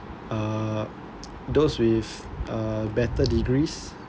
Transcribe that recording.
uh those with uh better degrees